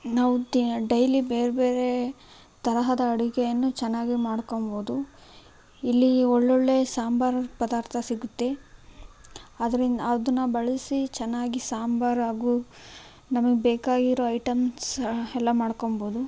ನಾವು ಡೈಲಿ ಬೇರೆಬೇರೆ ತರಹದ ಅಡುಗೆಯನ್ನು ಚೆನ್ನಾಗಿ ಮಾಡ್ಕೊಂಬೋದು ಇಲ್ಲಿ ಒಳ್ಳೊಳ್ಳೆಯ ಸಾಂಬಾರು ಪದಾರ್ಥ ಸಿಗುತ್ತೆ ಅದರಿಂದ ಅದನ್ನು ಬಳಸಿ ಚೆನ್ನಾಗಿ ಸಾಂಬಾರು ಹಾಗೂ ನಮಗೆ ಬೇಕಾಗಿರುವ ಐಟಮ್ಸ್ ಎಲ್ಲ ಮಾಡ್ಕೋಬೋದು